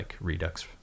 Redux